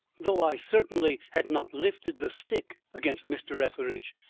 though i certainly had not lifted the stick against mr. etheridge,